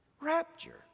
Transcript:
Rapture